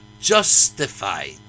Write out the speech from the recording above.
justified